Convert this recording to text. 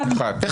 אחד.